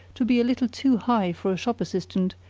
to be a little too high for a shop assistant,